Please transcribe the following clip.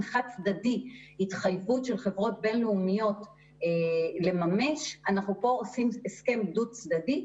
חד-צדדי התחייבות של חברות בין-לאומיות לממש הוא הסכם דו-צדדי,